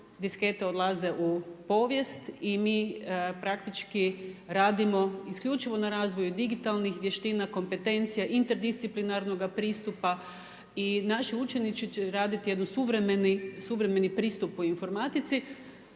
diskete odlaze u povijest i mi praktički radimo isključivo na razvoju digitalnih vještina, kompetencija, interdisciplinarnoga pristupa. I naši učenici će raditi jedan suvremeni pristup u informatici